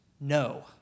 no